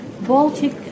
Baltic